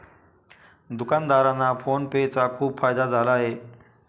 दुकानदारांना PhonePe चा खूप फायदा झाला आहे